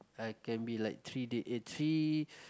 I can be like three day eh three